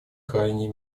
крайней